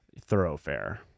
thoroughfare